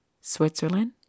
Switzerland